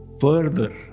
Further